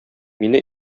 мине